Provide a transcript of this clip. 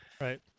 Right